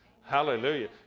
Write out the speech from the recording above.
Hallelujah